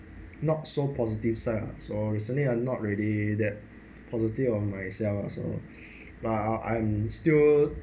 not so positive sign so recently I'm not really that positive of myself also ah but I'm still